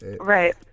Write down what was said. right